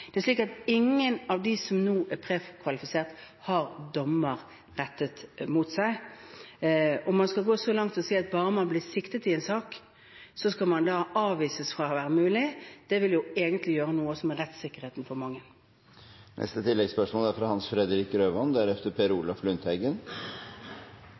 Ingen av dem som nå er prekvalifisert, har dommer mot seg. Om man skulle gå så langt som å si at bare man blir siktet i en sak, skal man avvises, ville det egentlig gjøre noe med rettssikkerheten for mange. Hans Fredrik Grøvan – til oppfølgingsspørsmål. I den omtalte reportasjen i Aftenposten om Nye Veier mandag denne uken ble det vist til et brev fra